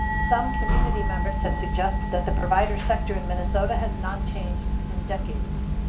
some community members have suggested that the provider sector in minnesota has not changed in decades.